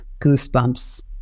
goosebumps